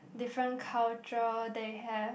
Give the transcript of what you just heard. different culture they have